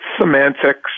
semantics